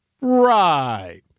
Right